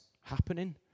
happening